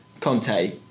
Conte